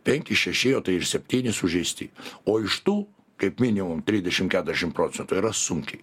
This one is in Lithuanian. penki šeši o tai ir septyni sužeisti o iš tų kaip minimum trisdešim keturiadešim procentų yra sunkiai